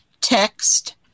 text